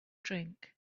drink